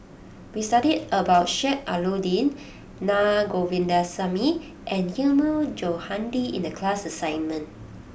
we studied about Sheik Alau'ddin Naa Govindasamy and Hilmi Johandi in the class assignment